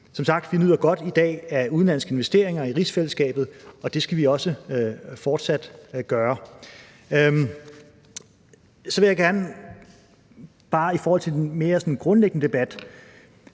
Som sagt nyder vi i dag godt af udenlandske investeringer i rigsfællesskabet. Det skal vi også fortsat gøre. Så vil jeg gerne i forhold til den mere grundlæggende debat